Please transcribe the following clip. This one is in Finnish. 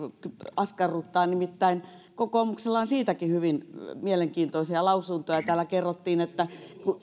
askarruttaa nimittäin kokoomuksella on siitäkin hyvin mielenkiintoisia lausuntoja täällä kerrottiin että